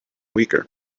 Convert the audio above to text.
weaker